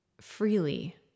freely